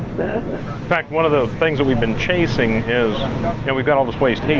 fact, one of those things that we've been chasing is you know we've got all the waste heat,